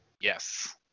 Yes